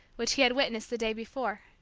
which he had witnessed the day before.